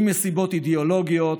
אם מסיבות אידיאולוגיות,